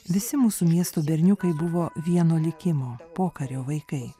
visi mūsų miestų berniukai buvo vieno likimo pokario vaikai